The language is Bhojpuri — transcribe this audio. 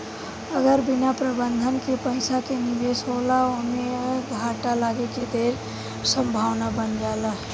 अगर बिना प्रबंधन के पइसा के निवेश होला ओमें घाटा लागे के ढेर संभावना बन जाला